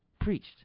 preached